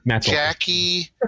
Jackie